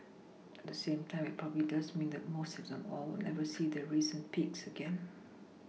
at the same time it probably does mean that most if not all will never see their recent peaks again